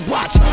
Watch